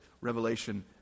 revelation